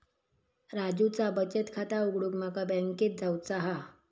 राजूचा बचत खाता उघडूक माका बँकेत जावचा हा